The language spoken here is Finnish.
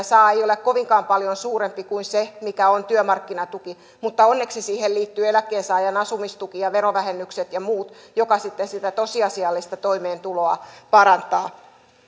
saa ei ole kovinkaan paljon suurempi kuin se mikä on työmarkkinatuki mutta onneksi siihen liittyy eläkkeensaajan asumistuki ja verovähennykset ja muut jotka sitten sitä tosiasiallista toimeentuloa parantavat